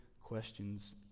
questions